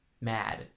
mad